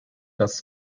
das